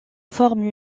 forme